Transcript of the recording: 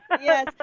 Yes